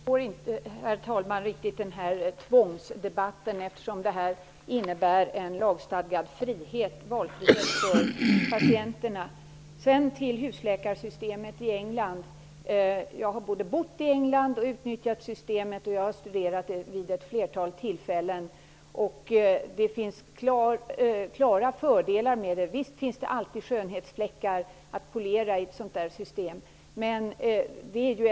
Herr talman! Jag förstår inte riktigt debatten om tvång. Det här innebär ju en lagstadgad valfrihet för patienterna. Jag har bott i England, och jag har utnyttjat systemet där. Jag har också studerat det vid ett flertal tillfällen och funnit klara fördelar. Visst finns det alltid skönhetsfläckar att polera bort i ett system av det här slaget.